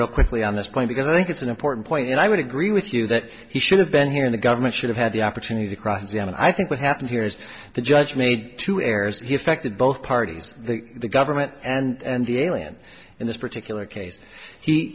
real quickly on this point because i think it's an important point and i would agree with you that he should have been here in the government should have had the opportunity to cross examine i think what happened here is the judge made two errors he affected both parties the government and the alien in this particular case he